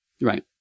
right